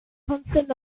constant